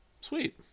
Sweet